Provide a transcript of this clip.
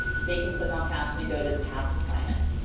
they can click on past and go to the past assignments.